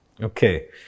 Okay